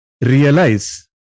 realize